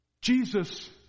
Jesus